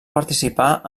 participà